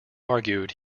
argued